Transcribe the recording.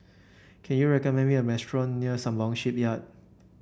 can you recommend me a restaurant near Sembawang Shipyard